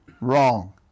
wrong